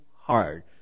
hard